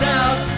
out